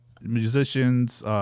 musicians